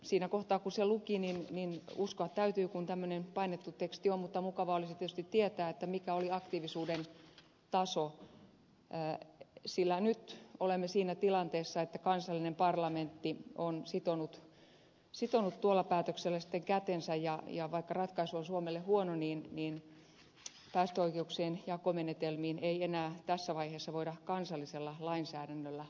siinä kohtaa kun se luki niin uskoa täytyy kun tämmöinen painettu teksti on mutta mukavaa olisi tietysti tietää mikä oli aktiivisuuden taso sillä nyt olemme siinä tilanteessa että kansallinen parlamentti on sitonut tuolla päätöksellä sitten kätensä ja vaikka ratkaisu on suomelle huono niin päästöoikeuksien jakomenetelmiin ei enää tässä vaiheessa voida kansallisella lainsäädännöllä vaikuttaa